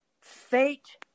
Fate